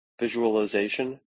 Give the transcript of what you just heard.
Visualization